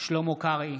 שלמה קרעי,